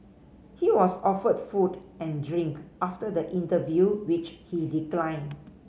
he was offered food and drink after the interview which he declined